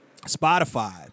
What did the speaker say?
Spotify